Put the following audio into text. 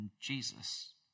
Jesus